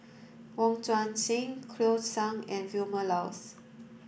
Wong Tuang Seng Cleo Thang and Vilma Laus